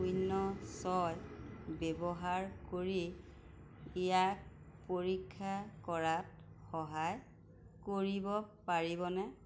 শূন্য ছয় ব্যৱহাৰ কৰি ইয়াক পৰীক্ষা কৰাত সহায় কৰিব পাৰিবনে